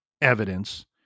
evidence